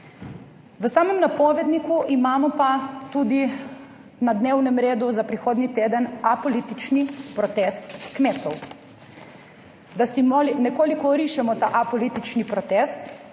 V samem napovedniku imamo pa tudi na dnevnem redu za prihodnji teden apolitični protest kmetov. Da si nekoliko orišemo ta apolitični protest,